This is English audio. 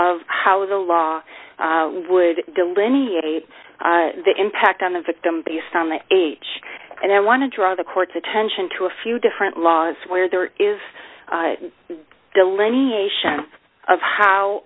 of how the law would delineate the impact on the victim based on their age and i want to draw the court's attention to a few different laws where there is delineation of how